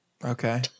Okay